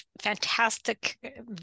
fantastic